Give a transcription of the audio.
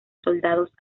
soldados